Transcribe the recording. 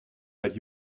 that